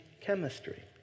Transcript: chemistry